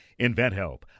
InventHelp